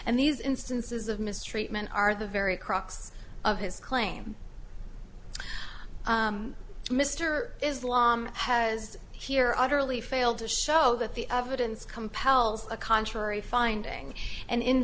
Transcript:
and these instances of mistreatment are the very crux of his claim mr islam has here on early failed to show that the evidence compels a contrary finding and in